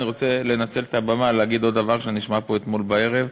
אני רוצה לנצל את הבמה ולהגיד עוד דבר שנשמע פה אתמול בערב,